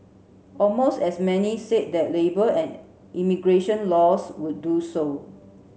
almost as many said that labour and immigration laws would do so